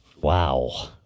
Wow